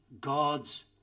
God's